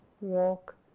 walk